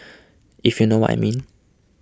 if you know what I mean